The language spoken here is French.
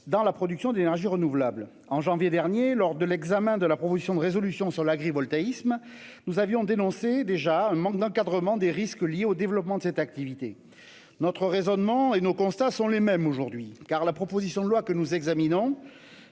dans la production d'énergies renouvelables. En janvier dernier, lors de l'examen de la proposition de résolution sur le même sujet, nous avions déjà dénoncé un manque d'encadrement des risques liés à la croissance de cette activité. Notre raisonnement et nos constats sont les mêmes aujourd'hui, car la proposition de loi que nous examinons